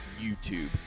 YouTube